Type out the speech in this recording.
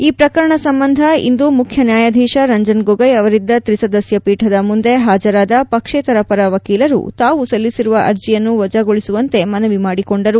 ಈ ಪ್ರಕರಣ ಸಂಬಂಧ ಇಂದು ಮುಖ್ಯ ನ್ಯಾಯಾಧೀಶ ರಂಜನ್ ಗೋಗೊಯ್ ಅವರಿದ್ದ ತ್ರಿ ಸದಸ್ಯ ಪೀಠದ ಮುಂದೆ ಹಾಜರಾದ ಪಕ್ಷೇತರ ಪರ ವಕೀಲರು ತಾವು ಸಲ್ಲಿಸಿರುವ ಅರ್ಜೆಯನ್ನು ವಜಾಗೊಳಿಸುವಂತೆ ಮನವಿ ಮಾಡಿಕೊಂಡರು